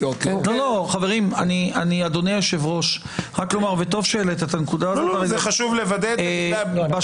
וטוב שהעלית את הנקודה הזו, אדוני היושב-ראש.